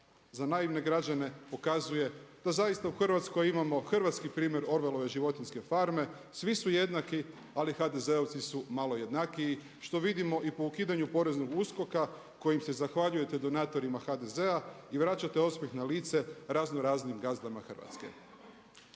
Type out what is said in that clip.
za naivne građane pokazuje da zaista u Hrvatskoj imamo hrvatski primjer Orvelove životinjske farme. Svi su jednaki, ali HDZ-ovci su malo jednakiji što vidimo i po ukidanju poreznog USKOK-a kojim se zahvaljujete donatorima HDZ-a i vraćate osmjeh na lice razno raznim gazdama Hrvatske.